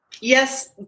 yes